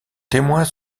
témoins